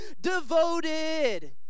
devoted